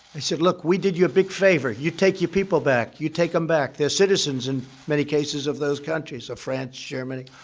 i said, look, we did you a big favor. you take your people back. you take them back. they're citizens, in many cases, of those countries of france, germany.